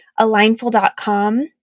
alignful.com